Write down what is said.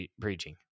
Preaching